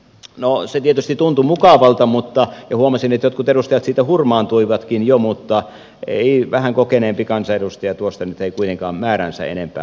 no se tietysti tuntui mukavalta ja huomasin että jotkut edustajat siitä hurmaantuivatkin jo mutta vähän kokeneempi kansanedustaja tuosta nyt ei kuitenkaan määräänsä enempää hurmaantunut